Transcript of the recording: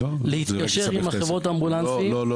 להתקשר עם חברות האמבולנסים --- לא,